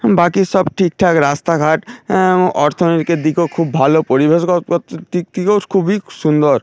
বাকি সব ঠিকঠাক রাস্তাঘাট অর্থনীতিকের দিকেও খুব ভালো পরিবেশ গ গত দিক থেকেও খুবই সুন্দর